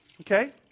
okay